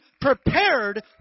prepared